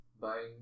Buying